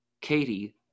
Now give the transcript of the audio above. Katie